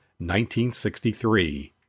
1963